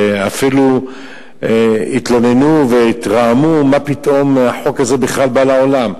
שאפילו התלוננו והתרעמו מה פתאום החוק הזה בכלל בא לעולם,